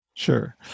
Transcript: Sure